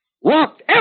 walked